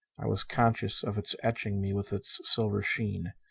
i was conscious of its etching me with its silver sheen.